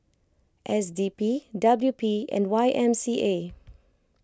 S D P W P and Y M C A